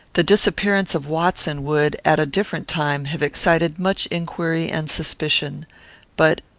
the disappearance of watson would, at a different time, have excited much inquiry and suspicion but,